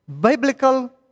Biblical